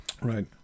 Right